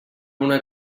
una